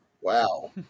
Wow